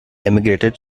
emigrated